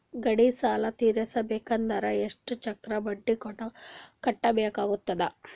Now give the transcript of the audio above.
ಗಾಡಿ ಸಾಲ ತಿರಸಬೇಕಂದರ ಎಷ್ಟ ಚಕ್ರ ಬಡ್ಡಿ ಕಟ್ಟಬೇಕಾಗತದ?